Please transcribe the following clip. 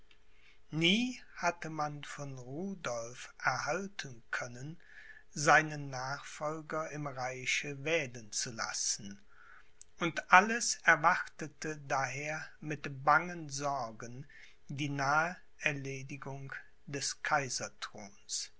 nie hatte man von rudolph erhalten können seinen nachfolger im reiche wählen zu lassen und alles erwartete daher mit bangen sorgen die nahe erledigung des kaiserthrons